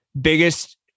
biggest